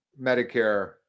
Medicare